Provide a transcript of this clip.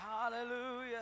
Hallelujah